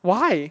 why